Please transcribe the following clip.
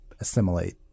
assimilate